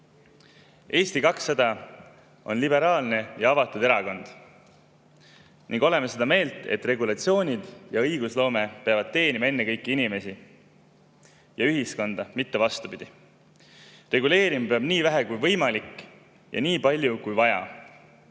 200 on liberaalne ja avatud erakond. Me oleme seda meelt, et regulatsioonid ja õigusloome peavad teenima ennekõike inimesi ja ühiskonda, mitte vastupidi. Reguleerima peab nii vähe kui võimalik ja nii palju kui vaja.